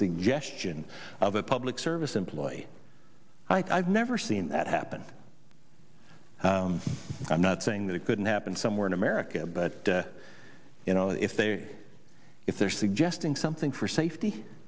suggestion of a public service employee i've never seen that happen i'm not saying that it couldn't happen somewhere in america but you know if they if they're suggesting something for safety